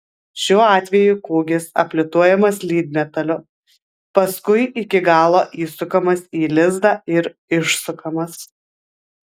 šiuo atveju kūgis aplituojamas lydmetaliu paskui iki galo įsukamas į lizdą ir išsukamas